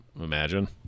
imagine